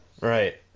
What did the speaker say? right